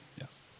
Yes